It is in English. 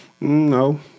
no